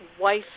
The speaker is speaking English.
wife